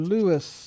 Lewis